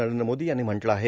नरेंद्र मोदी यांनी म्हटलं आहे